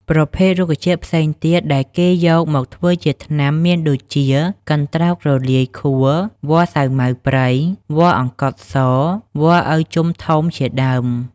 ប្រភេទ រុក្ខជាតិផ្សេងទៀតដែលគេយកមកធ្វើជាថ្នាំមានដូចជា កន្ទ្រោករលាយខួរ វល្លិសាវម៉ាវព្រៃ វល្លិអង្គត់ស វល្លិឪជំធំជាដើម។